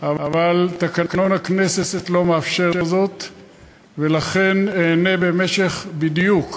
מה עשית אתה כשהיית בממשלה לפני שנה וחצי?